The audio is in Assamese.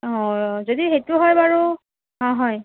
অ যদি সেইটো হয় বাৰু অ হয়